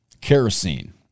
Kerosene